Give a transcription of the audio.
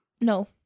No